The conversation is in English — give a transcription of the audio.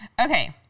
Okay